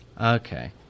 Okay